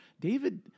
David